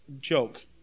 joke